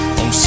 on